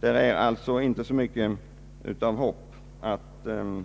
Det är alltså inte så mycket att hoppas på